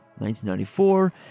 1994